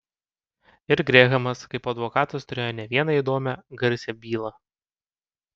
ir grehamas kaip advokatas turėjo ne vieną įdomią garsią bylą